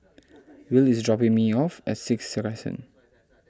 Will is dropping me off at Sixth